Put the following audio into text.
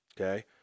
Okay